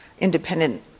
independent